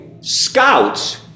scouts